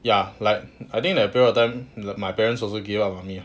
ya like I think that period of time like my parents also gave up on me ah